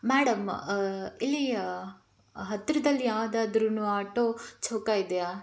madam ಇಲ್ಲಿ ಹತ್ತಿರದಲ್ಲಿ ಯಾವ್ದಾದ್ರು ಆಟೋ ಚೌಕ ಇದೆಯಾ